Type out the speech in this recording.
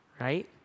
right